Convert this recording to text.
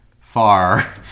far